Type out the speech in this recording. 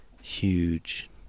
huge